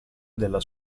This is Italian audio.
della